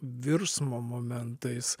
virsmo momentais